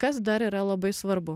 kas dar yra labai svarbu